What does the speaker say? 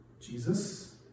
Jesus